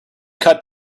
cut